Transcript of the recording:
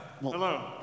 Hello